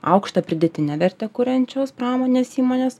aukštą pridėtinę vertę kuriančios pramonės įmonės